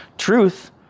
Truth